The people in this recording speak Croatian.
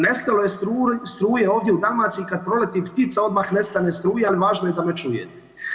Nestalo je struje ovdje u Dalmaciji kad proleti ptica odmah nestane struje, ali važno je da me čujete.